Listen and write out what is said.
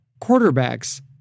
quarterbacks